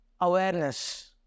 awareness